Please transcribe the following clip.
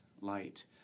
light